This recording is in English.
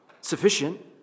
sufficient